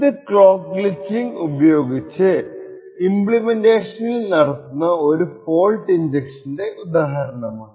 ഇത് clock glitching ഉപയോഗിച്ച് AES ഇമ്പ്ലിമെന്റേഷനിൽ നടത്തുന്ന ഒരു ഫോൾട്ട് ഇൻജക്ഷന്റെ ഉദാഹരണമാണ്